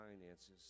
finances